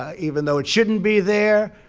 ah even though it shouldn't be there.